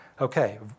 Okay